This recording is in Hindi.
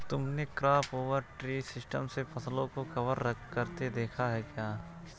तुमने क्रॉप ओवर ट्री सिस्टम से फसलों को कवर करते देखा है क्या?